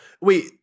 Wait